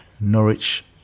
Norwich